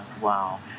Wow